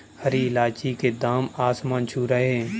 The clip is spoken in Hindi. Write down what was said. हरी इलायची के दाम आसमान छू रहे हैं